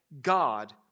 God